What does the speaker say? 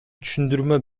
түшүндүрмө